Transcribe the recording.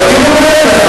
זה פתגם.